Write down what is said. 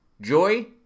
joy